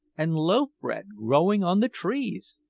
and loaf-bread growing on the trees!